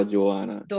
Joanna